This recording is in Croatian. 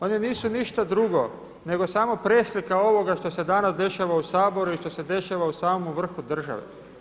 Oni nisu ništa drugo nego samo preslika ovoga što se danas dešava u Saboru i što se dešava u samom vrhu države.